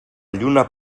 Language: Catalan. lluna